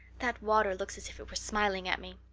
that water looks as if it was smiling at me.